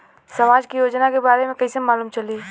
समाज के योजना के बारे में कैसे मालूम चली?